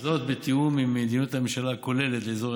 בתיאום עם מדיניות הממשלה הכוללת לאזור